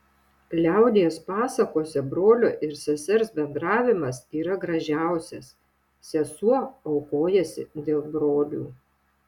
liaudies pasakose brolio ir sesers bendravimas yra gražiausias sesuo aukojasi dėl brolių